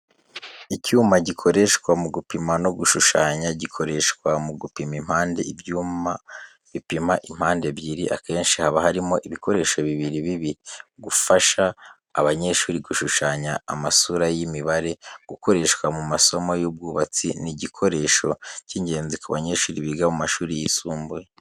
Icyuma gikoreshwa mu gupima no gushushanya. Gikoreshwa mu gupima impande, ibyuma bipima impande ebyiri, akenshi haba harimo ibikoresho bibiri bibiri, gufasha abanyeshuri gushushanya amasura y’imibare, gukoreshwa mu masomo y'ubwubatsi. Ni igikoresho cy’ingenzi ku banyeshuri biga mu mashuri yisumbuye.